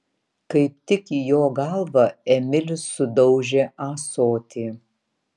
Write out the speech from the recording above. kaip tik į jo galvą emilis sudaužė ąsotį